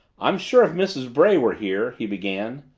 i am sure if mrs. bray were here he began,